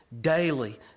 daily